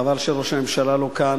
חבל שראש הממשלה לא כאן,